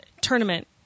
tournament